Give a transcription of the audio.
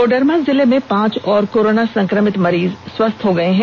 कोडरमा जिले में पांच और कोरोना संकमित मरीज स्वस्थ्य हो गये हैं